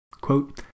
Quote